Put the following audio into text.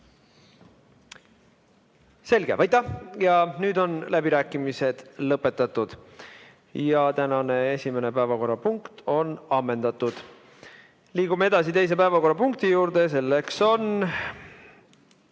Selge. Aitäh! Nüüd on läbirääkimised lõpetatud ja tänane esimene päevakorrapunkt on ammendatud. Liigume edasi teise päevakorrapunkti juurde, milleks on